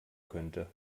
könnte